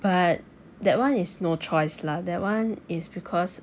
but that one is no choice lah that one is because